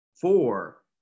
Four